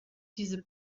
diese